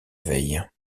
veille